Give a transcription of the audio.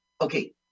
okay